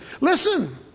Listen